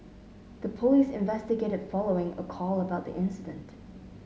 the police investigated following a call about the incident